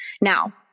Now